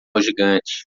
gigante